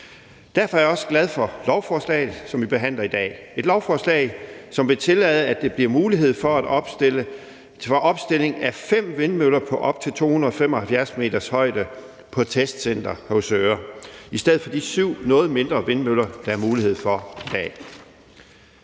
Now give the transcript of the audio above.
Derfor er jeg også glad for lovforslaget, som vi behandler i dag – et lovforslag, som vil tillade, at der bliver mulighed for opstilling af fem vindmøller på op til 275 meters højde på Testcenter Høvsøre i stedet for de syv noget mindre vindmøller, der er mulighed for i dag.